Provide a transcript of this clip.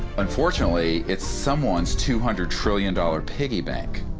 unfortunately it's someone's two hundred trillion dollar piggybank.